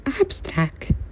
Abstract